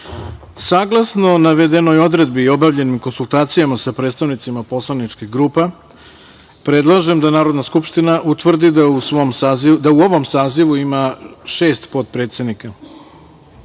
navedenoj odredbi i obavljenim konsultacija sa predstavnicima poslaničkih grupa, predlažem da Narodna skupština utvrdi da u ovom sazivu ima šest potpredsednika.